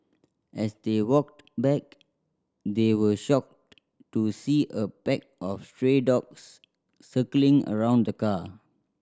as they walked back they were shocked to see a pack of stray dogs circling around the car